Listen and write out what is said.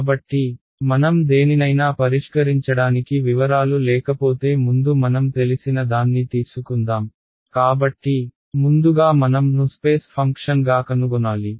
కాబట్టి మనం దేనినైనా పరిష్కరించడానికి వివరాలు లేకపోతే ముందు మనం తెలిసిన దాన్ని తీసుకుందాం కాబట్టి ముందుగా మనం ను స్పేస్ ఫంక్షన్గా కనుగొనాలి